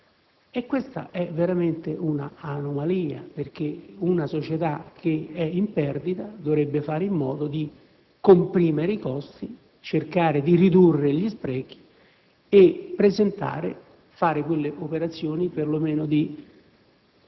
Questa è veramente un'anomalia, perché una società che è in perdita dovrebbe fare in modo di comprimere i costi, cercare di ridurre gli sprechi e fare quelle operazioni perlomeno di